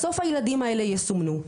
בסוף הילדים האלה יסומנו.